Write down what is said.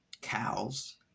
cows